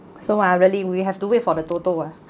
so I really we have to wait for the total wo~